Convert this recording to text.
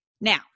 Now